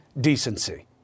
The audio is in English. decency